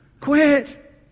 Quit